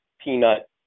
peanut